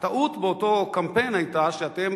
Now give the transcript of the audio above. הטעות באותו קמפיין היתה, שאתם